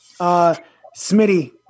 Smitty